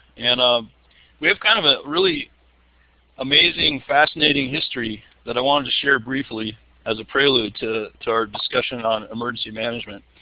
and um we have kind of a really amazing, fascinating history that i wanted to share briefly as a prelude to to our discussion on emergency management.